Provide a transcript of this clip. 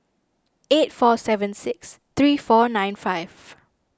eight four seven six three four nine five